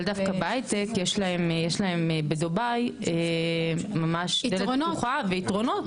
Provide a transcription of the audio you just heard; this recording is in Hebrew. אבל דווקא בהייטק יש להם בדובאי ממש דלת פתוחה ויתרונות.